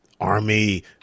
Army